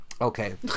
Okay